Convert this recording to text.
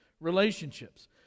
Relationships